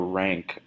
rank